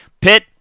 Pitt